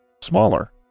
smaller